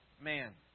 man